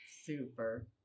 super